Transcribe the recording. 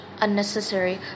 unnecessary